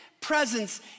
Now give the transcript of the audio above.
presence